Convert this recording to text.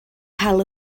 cael